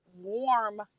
warm